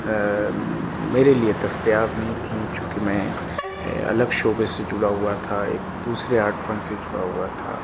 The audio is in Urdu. میرے لیے دستیاب نہیں تھیں چونکہ میں الگ شعبے سے جڑا ہوا تھا ایک دوسرے آرٹ فن سے جڑا ہوا تھا